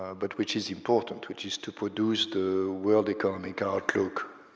ah but which is important, which is to produce the world economic outlook,